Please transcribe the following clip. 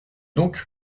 donc